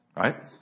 Right